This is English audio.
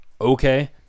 okay